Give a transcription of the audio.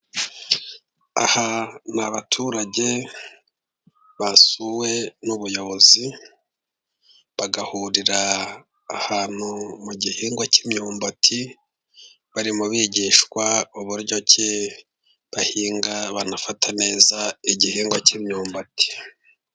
Aha ni abaturage basuwe n'ubuyobozi, bagahurira ahantu mu gihingwa cy'imyumbati barimo bigishwa uburyo ki bahinga, banafata neza igihingwa cy'imyumbati.